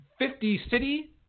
50-city